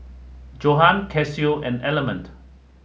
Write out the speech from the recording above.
Johan Casio and Element